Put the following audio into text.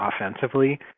offensively